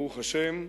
ברוך השם,